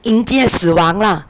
迎接死亡 lah